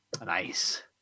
Nice